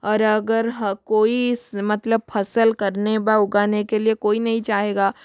और अगर कोई इस मतलब फ़सल करने व उगाने के लिए कोई नहीं चाहेगा तो लोग कहेंगे